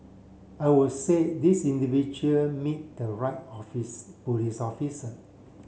I would say this individual meet the right office police officer